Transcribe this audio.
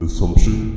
Assumption